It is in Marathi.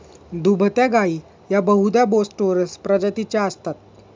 दुभत्या गायी या बहुधा बोस टोरस प्रजातीच्या असतात